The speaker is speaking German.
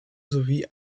sowie